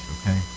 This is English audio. Okay